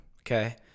okay